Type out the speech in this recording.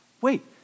wait